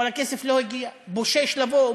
אבל הכסף לא הגיע, בושש לבוא.